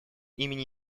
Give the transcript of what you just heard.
имени